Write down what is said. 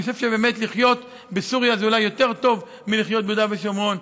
אני חושב שבאמת לחיות בסוריה זה אולי יותר טוב מאשר ביהודה ושומרון.